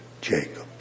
Jacob